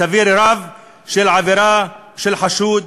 סבירות רבה של עבירה של חשוד,